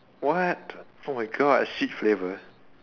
what oh my god shit flavour